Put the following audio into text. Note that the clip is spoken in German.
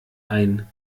ein